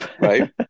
right